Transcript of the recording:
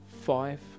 Five